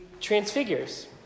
transfigures